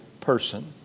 person